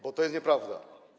Bo to jest nieprawda.